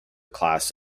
class